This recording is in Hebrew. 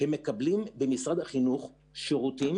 מקבלים ממשרד החינוך שירותים.